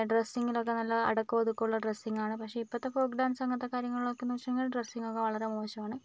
ഡ്രസ്സിങ്ങിലൊക്കെ നല്ല അടക്കോം ഒതുക്കോം ഉള്ള ഡ്രസിങ്ങാണ് പക്ഷേ ഇപ്പൊഴത്തെ ഫോക്ക് ഡാൻസ് അങ്ങനത്തെ കാര്യങ്ങളൊക്കെന്ന് വെച്ചുകഴിഞ്ഞാൽ ഡ്രസ്സിങ് ഒക്കെ വളരെ മോശമാണ്